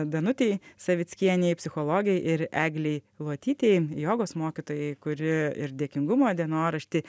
danutei savickienei psichologei ir eglei lotytei jogos mokytojai kuri ir dėkingumo dienoraštį